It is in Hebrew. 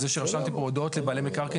זה שרשמתי פה הודעות לבעלי מקרקעין